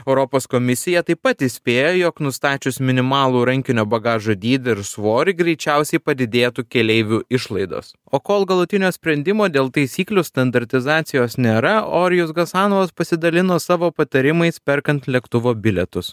europos komisija taip pat įspėjo jog nustačius minimalų rankinio bagažo dydį ir svorį greičiausiai padidėtų keleivių išlaidos o kol galutinio sprendimo dėl taisyklių standartizacijos nėra orijus gasanovas pasidalino savo patarimais perkant lėktuvo bilietus